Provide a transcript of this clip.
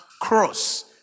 cross